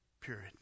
period